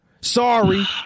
sorry